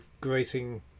grating